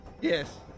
yes